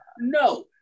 No